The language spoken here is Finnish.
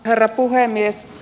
herra puhemies